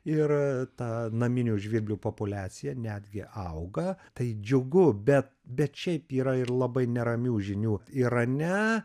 ir tą naminių žvirblių populiacija netgi auga tai džiugu bet bet šiaip yra ir labai neramių žinių irane